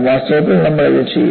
വാസ്തവത്തിൽ നമ്മൾ ഇത് ചെയ്യും